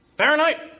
Fahrenheit